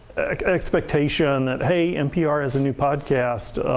expectation that hey, npr has a new podcast